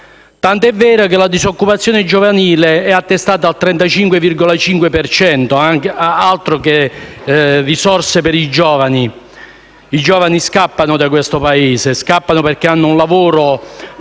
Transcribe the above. tant'è vero che la disoccupazione giovanile è attestata al 35,5 per cento: altro che risorse per i giovani! I giovani scappano da questo Paese, perché hanno un lavoro sottopagato,